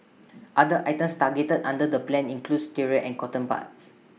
other items targeted under the plan include stirrers and cotton buds